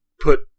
put